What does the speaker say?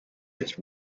just